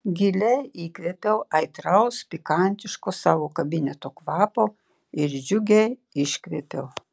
giliai įkvėpiau aitraus pikantiško savo kabineto kvapo ir džiugiai iškvėpiau